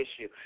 issue